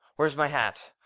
where's my hat?